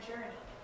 journey